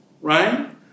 right